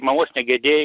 mamos negedėjai